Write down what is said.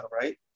right